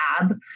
lab